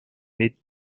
mid